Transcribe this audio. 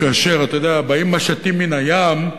כאשר באים משטים מן הים,